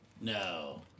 No